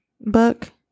book